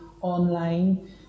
online